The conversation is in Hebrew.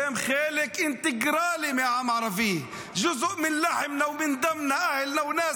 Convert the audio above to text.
שהם חלק אינטגרלי מהעם הערבי (אומר דברים בשפה הערבית)